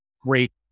great